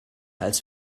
als